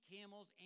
camels